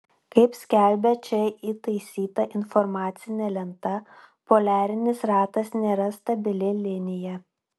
kaip skelbia čia įtaisyta informacinė lenta poliarinis ratas nėra stabili linija